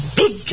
big